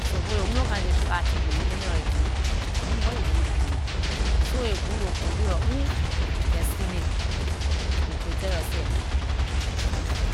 Some people will only come, they show their teeth to you, at the end of the day, you'n know what they going do to you. So aay good to control your own destiny to protect yor seh.